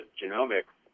genomics